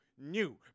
New